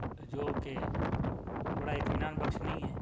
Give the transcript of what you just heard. جو کہ بڑا اطمینان بخش نہیں ہے